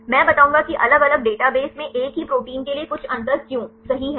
मैं बताऊंगा कि अलग अलग डेटाबेस में एक ही प्रोटीन के लिए कुछ अंतर क्यों सही है